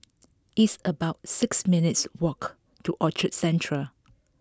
it's about six minutes' walk to Orchard Central